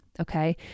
Okay